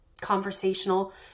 conversational